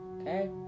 Okay